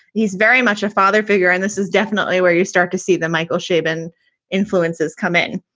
he's very much a father figure. and this is definitely where you start to see that michael chabon influences come in